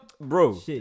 bro